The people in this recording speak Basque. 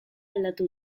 aldatu